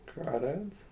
Crawdads